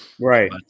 Right